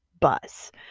bus